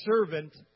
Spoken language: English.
servant